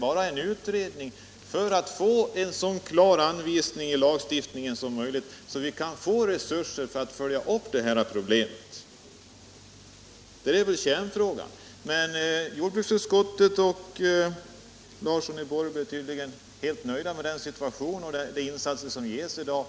bara krävt en utredning för att få en så klar anvisning i lagstiftningen som möjligt så att vi kan få resurser för att följa upp det här problemet. Det är kärnfrågan. Men jordbruksutskottet och herr Larsson i Borrby är tydligen helt nöjda med situationen och de insatser som görs i dag.